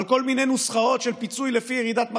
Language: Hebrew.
כל מיני נוסחאות של פיצוי לפי ירידת מחזור.